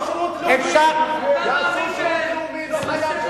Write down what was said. שיעשו שירות לאומי.